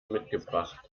mitgebracht